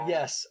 Yes